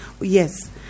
Yes